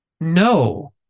no